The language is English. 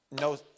no